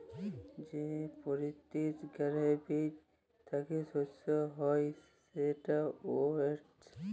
যে পকিতির গাহাচের বীজ থ্যাইকে শস্য হ্যয় সেট ওটস